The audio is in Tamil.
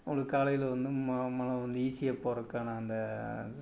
உங்களுக்கு காலையில் வந்து ம மலம் வந்து ஈஸியாக போகிறதுக்கான அந்த